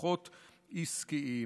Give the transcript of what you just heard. ללקוחות עסקיים,